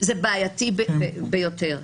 זה בעייתי ביותר.